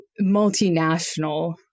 multinational